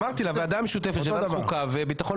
אותו דבר.